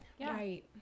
Right